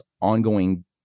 ongoing